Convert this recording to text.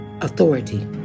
authority